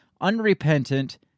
Unrepentant